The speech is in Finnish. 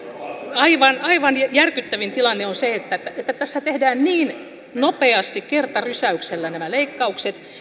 aivan aivan järkyttävin tilanne on se että tässä tehdään niin nopeasti kertarysäyksellä nämä leikkaukset